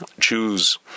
choose